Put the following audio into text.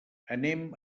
anem